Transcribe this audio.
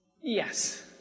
Yes